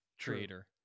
creator